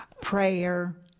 Prayer